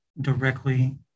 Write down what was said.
directly